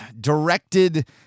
directed